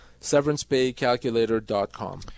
severancepaycalculator.com